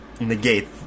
negate